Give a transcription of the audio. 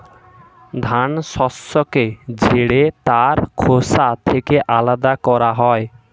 ধান শস্যকে ঝেড়ে তার খোসা থেকে আলাদা করা হয়